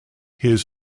his